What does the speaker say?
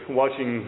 watching